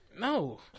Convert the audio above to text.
no